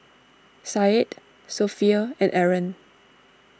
Said Sofea and Aaron